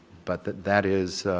but that that is